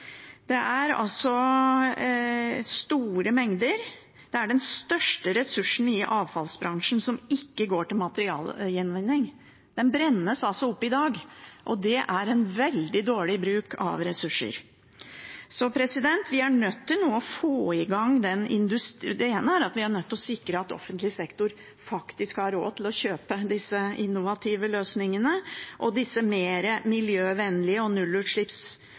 Det er altså store mengder – det er den største ressursen i avfallsbransjen som ikke går til materialgjenvinning. Den brennes opp i dag, og det er en veldig dårlig bruk av ressurser. Vi er nødt til nå å få i gang dette. Det ene er at vi er nødt til å sikre at offentlig sektor faktisk har råd til å kjøpe disse innovative løsningene og disse mer miljøvennlige løsningene og